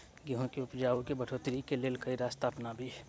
गेंहूँ केँ उपजाउ केँ बढ़ोतरी केँ लेल केँ रास्ता अपनाबी?